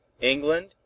england